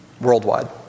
worldwide